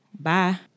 Bye